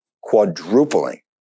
quadrupling